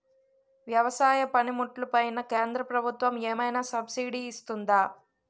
వ్యవసాయ పనిముట్లు పైన కేంద్రప్రభుత్వం ఏమైనా సబ్సిడీ ఇస్తుందా?